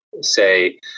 say